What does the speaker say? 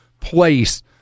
place